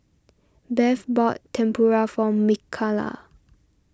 Bev bought Tempura for Mikalah